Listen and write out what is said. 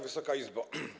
Wysoka Izbo!